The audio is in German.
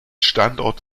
standort